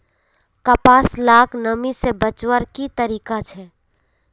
कपास लाक नमी से बचवार की तरीका छे?